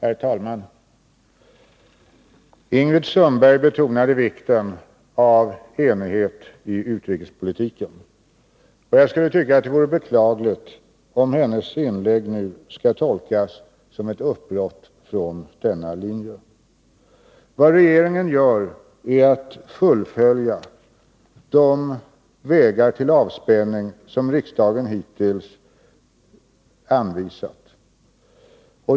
Herr talman! Ingrid Sundberg betonade vikten av enighet i utrikespolitiken. Jag skulle tycka att det vore beklagligt om hennes inlägg nyss skall tolkas som ett uppbrott från denna linje. Vad regeringen gör är att fullfölja strävandena på de vägar till avspänning som riksdagen hittills anvisat.